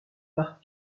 par